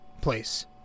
place